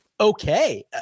Okay